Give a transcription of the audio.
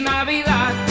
Navidad